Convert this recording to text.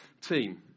team